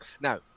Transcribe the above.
Now